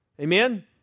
Amen